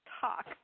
talk